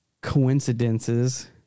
coincidences